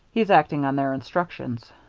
he's acting on their instructions.